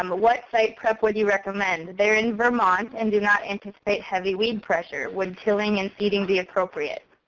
um what site prep would you recommend? they're in vermont and do not anticipate heavy weed pressure. would killing and seeding be appropriate?